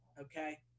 okay